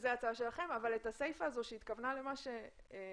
זו ההצעה שלכם אבל הסיפה הזו שהתכוונה למה שאמרתי,